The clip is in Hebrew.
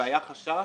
היה חשש